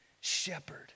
shepherd